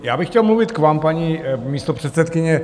Já bych chtěl mluvit k vám, paní místopředsedkyně.